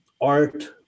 art